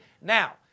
Now